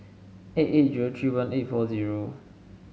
eight eight zero three one eight four zero